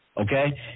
Okay